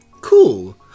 Cool